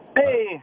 Hey